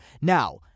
Now